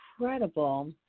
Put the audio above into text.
incredible